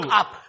up